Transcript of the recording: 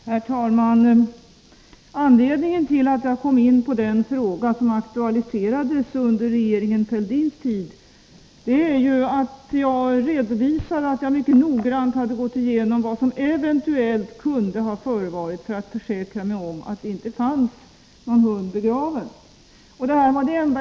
Herr talman! Anledningen till att jag kom in på den fråga som aktualiserades under regeringen Fälldins tid är ju att jag mycket noggrant har gått igenom vad som eventuellt kunde ha förevarit för att försäkra mig om att det inte fanns någon hund begraven.